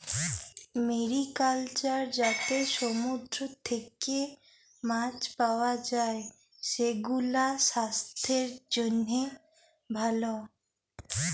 mariculture যাতে সমুদ্র থেক্যে মাছ পাওয়া যায়, সেগুলাসাস্থের জন্হে ভালো